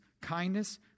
kindness